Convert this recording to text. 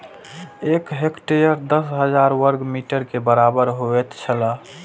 एक हेक्टेयर दस हजार वर्ग मीटर के बराबर होयत छला